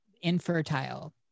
infertile